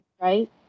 right